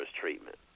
treatment